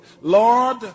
Lord